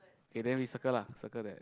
okay then we circle lah circle that